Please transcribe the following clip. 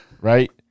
right